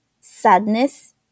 sadness